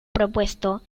propuesto